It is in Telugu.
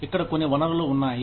ఇక్కడ కొన్ని వనరులు ఉన్నాయి